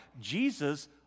Jesus